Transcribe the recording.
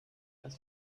ist